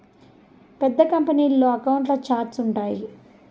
పెద్ద కంపెనీల్లో అకౌంట్ల ఛార్ట్స్ ఉంటాయి